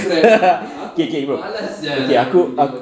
okay okay bro okay okay aku